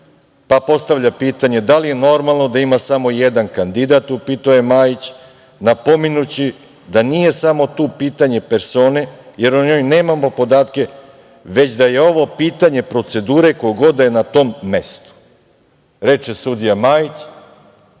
pa postavlja pitanje – da li je normalno da ima samo jedan kandidat, pitao je Majić, napominjući da nije samo tu pitanje persone, jer o njoj nemamo podatke, već da je ovo pitanje procedure ko god da je na tom mestu, reče sudija